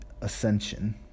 ascension